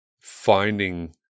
finding